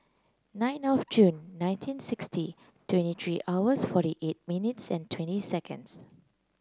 nine of June nineteen sixty twenty three hours forty eight minutes and twenty seconds